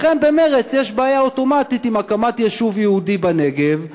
לכם במרצ יש בעיה אוטומטית עם הקמת יישוב יהודי בנגב,